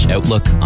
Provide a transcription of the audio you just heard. Outlook